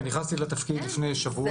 כן, נכנסתי לתפקיד לפני שבוע.